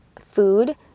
food